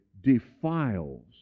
defiles